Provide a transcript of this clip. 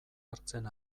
hartzen